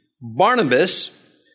Barnabas